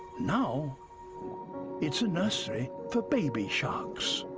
now it's a nursery for baby sharks.